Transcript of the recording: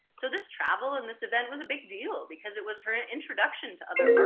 so this travel and this event was a big deal because it was her introduction to other